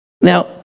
Now